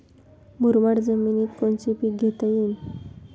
मुरमाड जमिनीत कोनचे पीकं घेता येईन?